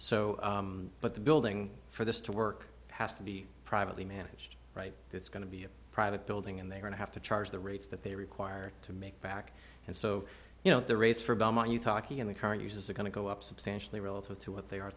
so but the building for this to work has to be privately managed right it's going to be a private building and they're going to have to charge the rates that they require to make back and so you know the race for belmont you talking in the current users are going to go up substantially relative to what they are